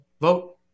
vote